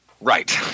Right